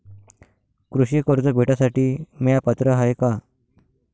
कृषी कर्ज भेटासाठी म्या पात्र हाय का?